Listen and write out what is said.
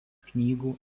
knygų